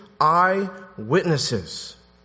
Eyewitnesses